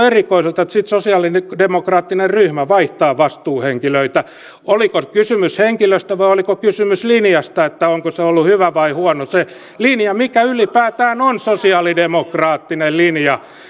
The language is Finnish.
erikoiselta että sitten sosialidemokraattinen ryhmä vaihtaa vastuuhenkilöitä oliko kysymys henkilöstä vai oliko kysymys linjasta eli onko se linja ollut hyvä vai huono mikä ylipäätään on sosialidemokraattinen linja